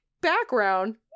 Background